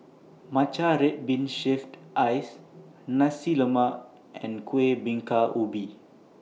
Matcha Red Bean Shaved Ice Nasi Lemak and Kueh Bingka Ubi